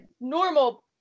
normal